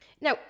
now